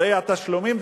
הרי התשלומים,